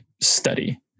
study